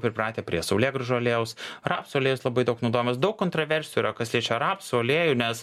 pripratę prie saulėgrąžų aliejaus rapsų aliejus labai daug naudojamas daug kontroversijų yra kas liečia rapsų aliejų nes